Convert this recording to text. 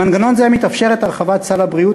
במנגנון זה מתאפשרת הרחבת סל הבריאות